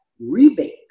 rebates